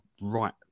right